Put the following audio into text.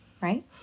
Right